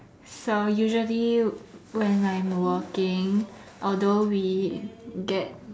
so usually when I'm working although we get